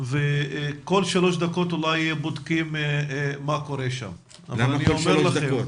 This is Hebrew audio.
ואולי כל שלוש דקות בודקים מה קורה שם --- למה כל שלוש דקות?